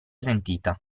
sentita